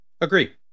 agree